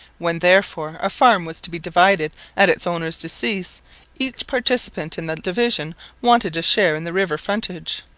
when, therefore, a farm was to be divided at its owner's decease each participant in the division wanted a share in the river frontage.